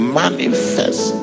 manifest